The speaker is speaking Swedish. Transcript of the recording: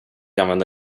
använda